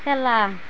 খেলা